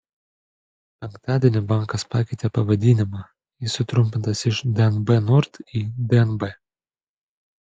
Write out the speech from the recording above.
penktadienį bankas pakeitė pavadinimą jis sutrumpintas iš dnb nord į dnb